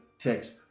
text